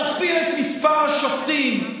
תכפיל את מספר השופטים,